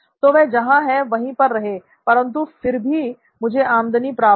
तो वह जहां है वहीं पर रहे परंतु फिर भी मुझे मेरे आमदनी प्राप्त हो